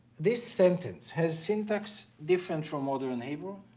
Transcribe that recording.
this sentence, has syntax different from modern hebrew.